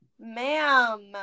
ma'am